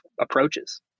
approaches